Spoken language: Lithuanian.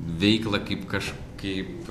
veiklą kaip kažkaip